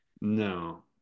no